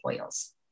oils